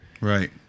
Right